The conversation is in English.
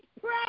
pray